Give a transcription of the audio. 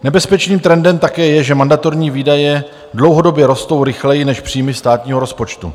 Nebezpečným trendem také je, že mandatorní výdaje dlouhodobě rostou rychleji než příjmy státního rozpočtu.